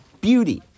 Beauty